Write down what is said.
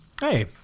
Hey